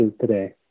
today